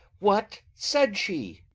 what said she?